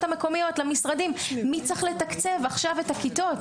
המקומיות למשרדים מי צריך לתקצב עכשיו את הכיתות.